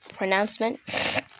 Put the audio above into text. Pronouncement